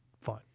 fine